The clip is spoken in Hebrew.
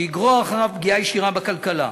שיגרור אחריו פגיעה ישירה בכלכלה.